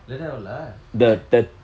like that all lah then I